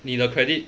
你的 credit